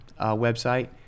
website